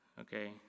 Okay